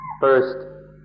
First